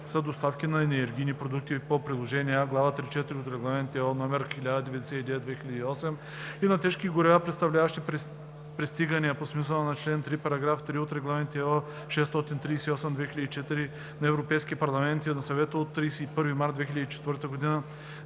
са доставки на енергийни продукти по приложение А, глава 3.4 от Регламент (ЕО) № 1099/2008 и на тежки горива, представляващи пристигания по смисъла на чл. 3, параграф 3 от Регламент (ЕО) № 638/2004 на Европейския парламент и на Съвета от 31 март 2004 г.